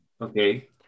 Okay